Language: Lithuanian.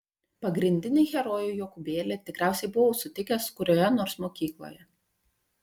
pagrindinį herojų jokūbėlį tikriausiai buvau sutikęs kurioje nors mokykloje